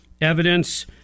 evidence